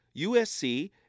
USC